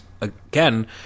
again